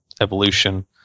evolution